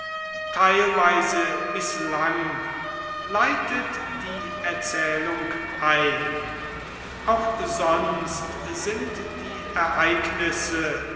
teilweise mißlang leitet die erzählung ein auch sonst sind die ereignisse